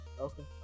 Okay